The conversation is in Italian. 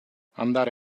andare